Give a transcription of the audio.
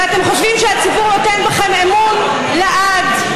וחושבים שהציבור נותן בכם אמון לעד,